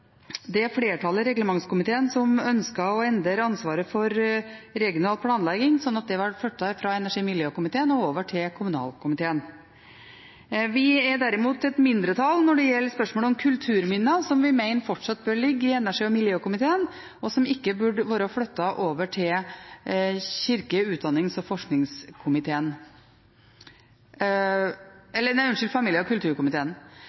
det flertallet i reglementskomiteen som ønsker å endre ansvaret for regional planlegging, slik at det blir flyttet fra energi- og miljøkomiteen over til kommunalkomiteen. Vi er derimot en del av mindretallet når det gjelder spørsmålet om kulturminner, som vi mener fortsatt bør ligge i energi- og miljøkomiteen, og som ikke burde ha vært flyttet over til familie- og kulturkomiteen.